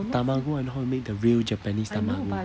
tamago I know how to make the real japanese tamago